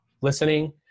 listening